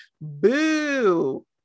Boo